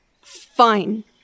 Fine